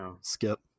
skip